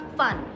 fun